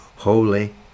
holy